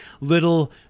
little